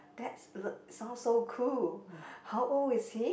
that's l~ sounds so cool how old is he